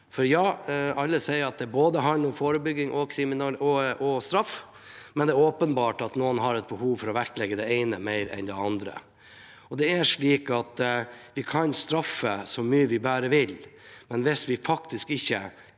på. Alle sier at det handler om både forebygging og straff, men det er åpenbart at noen har et behov for å vektlegge det ene mer enn det andre. Vi kan straffe så mye vi bare vil, men hvis vi ikke